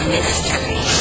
Mystery